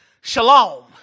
shalom